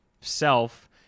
self